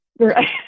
Right